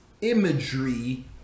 imagery